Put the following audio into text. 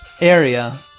area